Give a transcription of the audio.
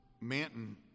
Manton